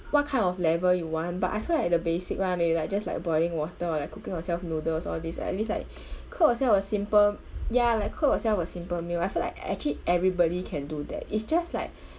what kind of level you want but I feel like the basic [one] maybe like just like boiling water or like cooking yourself noodles all these like at least like cook yourself a simple ya like cook yourself a simple meal I feel like actually everybody can do that is just like